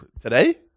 Today